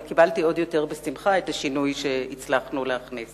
אבל קיבלתי עוד יותר בשמחה את השינוי שהצלחנו להכניס.